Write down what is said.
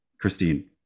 Christine